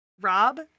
rob